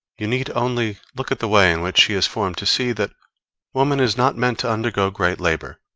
you need only look at the way in which she is formed, to see that woman is not meant to undergo great labor,